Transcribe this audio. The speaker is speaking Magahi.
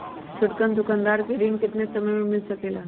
छोटकन दुकानदार के ऋण कितने समय मे मिल सकेला?